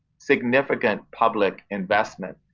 significant public investment.